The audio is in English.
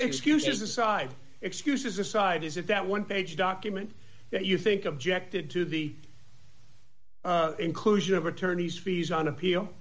excuses aside excuses aside is it that one page document that you think objected to the inclusion of attorney's fees on appeal